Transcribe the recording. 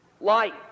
Light